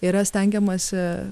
yra stengiamasi